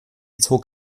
zog